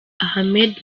ahmed